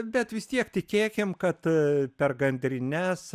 bet vis tiek tikėkim kad per gandrines